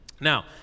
Now